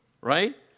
right